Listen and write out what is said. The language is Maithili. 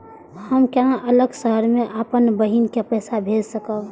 हम केना अलग शहर से अपन बहिन के पैसा भेज सकब?